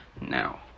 Now